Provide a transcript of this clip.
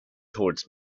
towards